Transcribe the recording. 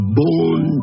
born